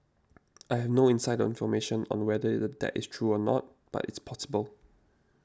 I have no inside information on whether that is true or not but it's possible